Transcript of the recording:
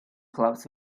clubs